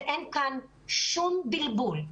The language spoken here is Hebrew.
ואין כאן שום בלבול.